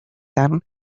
tan